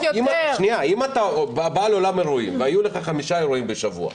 אם אתה בעל אולם אירועים והיו לך חמישה אירועים בשבוע,